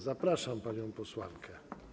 Zapraszam panią posłankę.